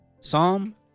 Psalm